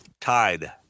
tied